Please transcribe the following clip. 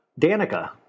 Danica